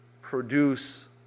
produce